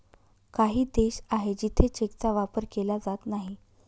काही देश आहे जिथे चेकचा वापर केला जात नाही